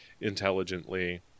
intelligently